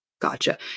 Gotcha